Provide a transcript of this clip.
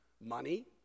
Money